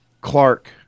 Clark